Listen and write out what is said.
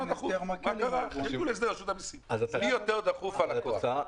יותר דחוף הלקוח.